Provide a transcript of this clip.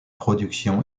production